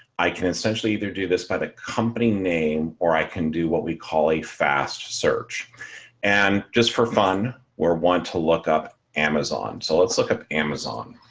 i can essentially either do this by the company name or i can do what we call a fast search and just for fun, where want to look up amazon. so let's look up amazon.